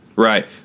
Right